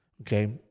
Okay